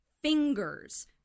fingers